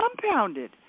compounded